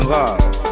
love